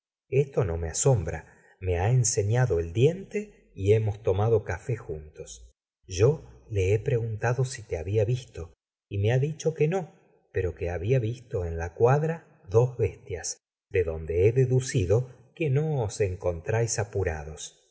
esto no me asombra me ha enseñado el diente y hemos tomado café juntos yo le he preguntado si te había visto y me ha dicho que no pero que había visto en la cuadra dos bestias de donde he deducido que no os encontráis apurados